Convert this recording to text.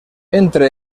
entre